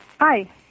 Hi